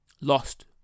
lost